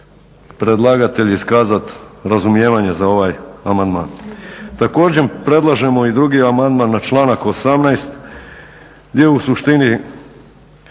predlagatelj iskazati razumijevanje za ovaj amandman. Također predlažemo i drugi amandman na članak 18 gdje u suštini